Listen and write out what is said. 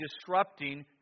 disrupting